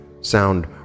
Sound